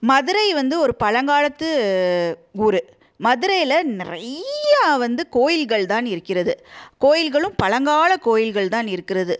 மதுரை வந்து ஒரு பழங்காலத்து ஊர் மதுரையில நிறையா வந்து கோயில்கள் தான் இருக்கிறது கோயில்களும் பழங்கால கோயில்கள் தான் இருக்கிறது